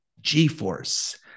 G-force